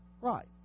right